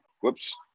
whoops